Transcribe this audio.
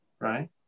right